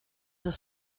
das